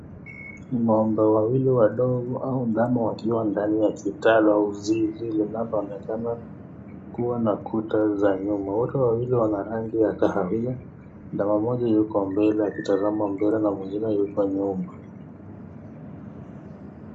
Ng'ombe wawili wadogo au ndama wakiwa ndani ya kitala au zizi linaloonekana kuwa na kuta za nyuma, wote wawili wana rangi ya kahawia, ndama moja yuko mbele akitazama mbele na mwingine yuko nyuma .